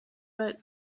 but